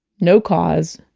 no cause.